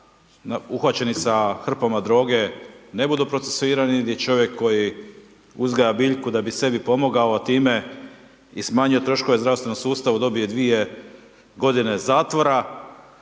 uhvaćeni sa hrpama droge ne budu procesuirani, gdje čovjek koji uzgaja biljku da bi se bi pomogao a time i smanjuje troškove zdravstvenom sustavu dobije 2 godine zatvora,